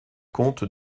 compte